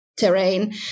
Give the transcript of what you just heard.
terrain